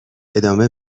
ادامه